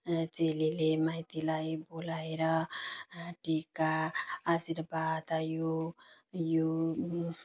चेलीले माइतीलाई बोलाएर टिका आशीर्वाद यो यो